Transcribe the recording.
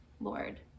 lord